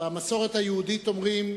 במסורת היהודית אומרים: